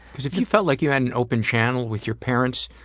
cause if you felt like you had an open channel with your parents,